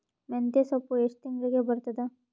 ಮೆಂತ್ಯ ಸೊಪ್ಪು ಎಷ್ಟು ತಿಂಗಳಿಗೆ ಬರುತ್ತದ?